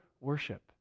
worship